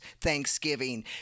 thanksgiving